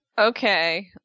Okay